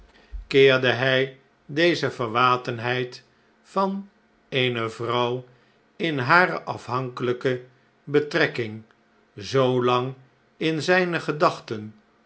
keerde hij deze verwatenheid van eene vrouw in hare afhankelijke betrekkirig zoo lang in zijne gedachten